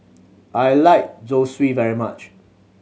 I like Zosui very much